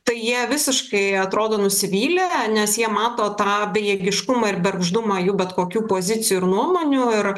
tai jie visiškai atrodo nusivylę nes jie mato tą bejėgiškumą ir bergždumą jų bet kokių pozicijų ir nuomonių ir